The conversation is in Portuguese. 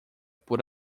por